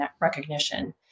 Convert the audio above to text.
recognition